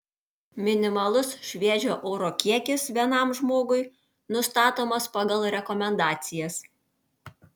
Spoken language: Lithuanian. minimalus šviežio oro kiekis vienam žmogui nustatomas pagal rekomendacijas